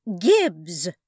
Gibbs